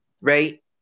Right